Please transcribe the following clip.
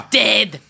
dead